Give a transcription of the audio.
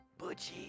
Butchie